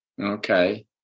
Okay